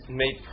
made